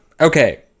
Okay